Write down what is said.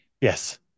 Yes